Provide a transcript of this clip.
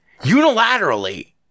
unilaterally